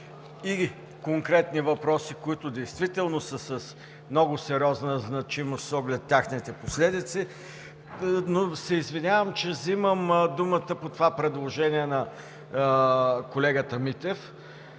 и конкретни въпроси, които действително са с много сериозна значимост, с оглед техните последици. Извинявам се, че взимам думата по това предложение на колегата Митев.